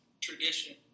tradition